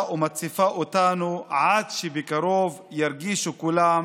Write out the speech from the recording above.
ומציפה אותנו עד שבקרוב ירגישו כולם,